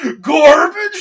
Garbage